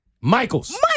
Michaels